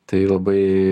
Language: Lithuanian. tai labai